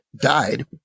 died